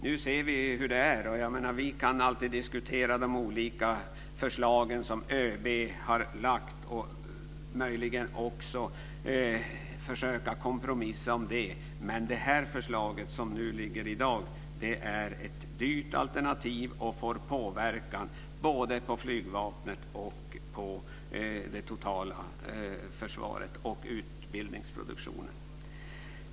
Nu ser vi hur det är. Vi kan alltid diskutera de olika förslag som ÖB har lagt fram och möjligen också försöka kompromissa där men det förslag som i dag ligger är ett dyrt alternativ, och det får påverkan såväl på flygvapnet som på försvaret totalt och utbildningsproduktionen.